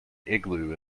igloo